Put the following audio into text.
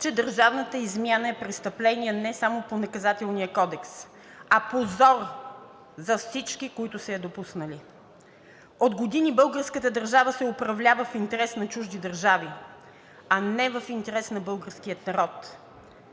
че държавната измяна е престъпление не само по Наказателния кодекс, а позор за всички, които са я допуснали. От години българската държава се управлява в интерес на чужди държави, а не в интерес на българския народ.